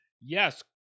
Yes